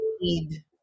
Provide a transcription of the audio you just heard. need